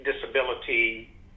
disability